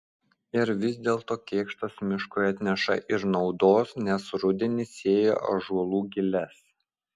ir vis dėlto kėkštas miškui atneša ir naudos nes rudenį sėja ąžuolų giles